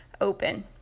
open